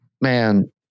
man